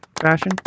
fashion